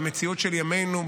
במציאות של ימינו,